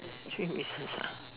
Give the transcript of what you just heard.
three wishes lah